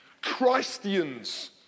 Christians